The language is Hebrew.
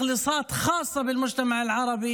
( הוא לא עקרונות החופש,